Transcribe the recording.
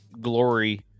glory